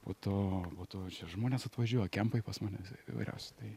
po to po to čia žmonės atvažiuoja kempai pas mane įvairiausi tai